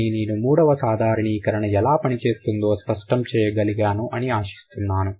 కానీ నేను మూడవ సాధారణీకరణ ఎలా పని చేస్తుందో స్పష్టం చేయగలిగాను అని ఆశిస్తున్నాను